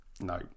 no